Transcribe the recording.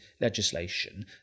legislation